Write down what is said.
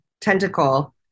tentacle